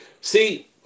See